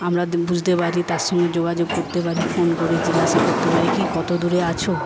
আমরা বুঝতে পারি তার সঙ্গে যোগাযোগ করতে পারি ফোন করে জিজ্ঞাসা করতে পারি কি কত দূরে আছো